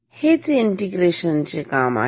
हेच काम इंटिग्रेटर करेल